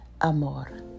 amor